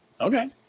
Okay